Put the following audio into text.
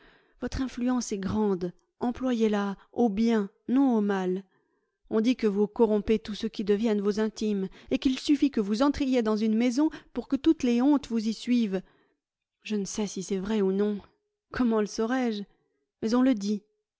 votre influence est grande employez-la au bien non au mal on dit que vous corrompez tous ceux qui deviennent vos intimes et qu'il suffit que vous entriez dans une maison pour que toutes les hontes vous y suivent je ne sais si c'est vrai ou non gomment le saurais-je mais on le dit